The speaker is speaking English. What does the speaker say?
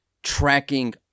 tracking